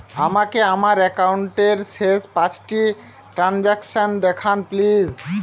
আমাকে আমার একাউন্টের শেষ পাঁচটি ট্রানজ্যাকসন দেখান প্লিজ